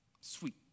Sweet